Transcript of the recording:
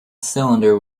cylinder